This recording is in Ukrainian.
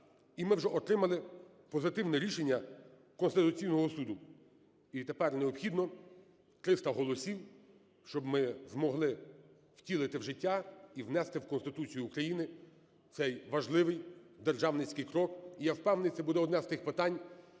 І ми вже отримали позитивне рішення Конституційного Суду. І тепер необхідно 300 голосів, щоб ми змогли втілити в життя і внести в Конституцію України цей важливий державницький крок. І я впевнений, це буде одне з тих питань,